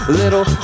little